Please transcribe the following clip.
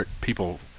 people